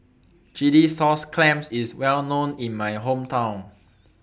Chilli Sauce Clams IS Well known in My Hometown